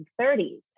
30s